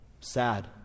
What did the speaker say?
sad